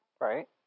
Right